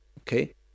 Okay